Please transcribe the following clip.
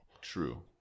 True